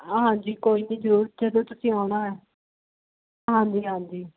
ਹਾਂਜੀ ਕੋਈ ਨਹੀਂ ਜ਼ਰੂਰ ਜਦੋਂ ਤੁਸੀਂ ਆਉਣਾ ਹੋਇਆ ਹਾਂਜੀ ਹਾਂਜੀ